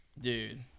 dude